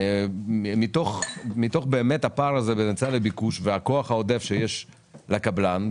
מתוך הפער הזה בין היצע וביקוש והכוח העודף שיש לקבלן,